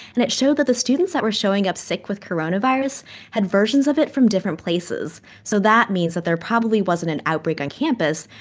and it showed that the students that were showing up sick with coronavirus had versions of it from different places. so that means that there probably wasn't an outbreak on campus.